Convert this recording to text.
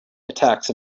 attacks